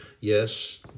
yes